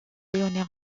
lyonnais